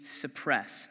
suppressed